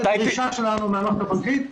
זאת הדרישה שלנו מהמערכת הבנקאית,